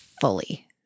fully